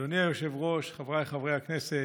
אדוני היושב-ראש, חבריי חברי הכנסת,